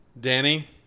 Danny